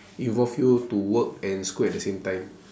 involve you to work and school at the same time